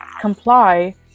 comply